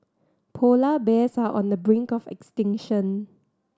polar bears are on the brink of extinction